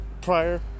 prior